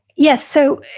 yes. so,